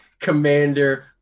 Commander